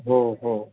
हो हो